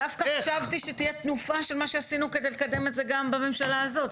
דווקא חשבתי שתהיה התנופה של מה שעשינו כדי לקדם את זה גם בממשלה הזאת.